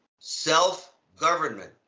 self-government